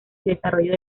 desarrollo